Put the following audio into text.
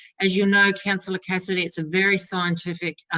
as you know, councillor cassidy, it's a very scientific